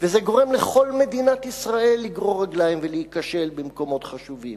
וזה גורם לכל מדינת ישראל לגרור רגליים ולהיכשל במקומות חשובים.